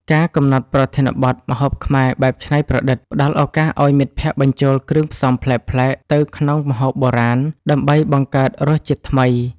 ការកំណត់ប្រធានបទ ម្ហូបខ្មែរបែបច្នៃប្រឌិត ផ្ដល់ឱកាសឱ្យមិត្តភក្តិបញ្ចូលគ្រឿងផ្សំប្លែកៗទៅក្នុងម្ហូបបុរាណដើម្បីបង្កើតរសជាតិថ្មី។